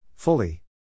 Fully